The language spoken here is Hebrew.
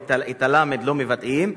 "אל-נעם" את הלמ"ד לא מבטאים,